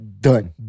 done